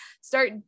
Start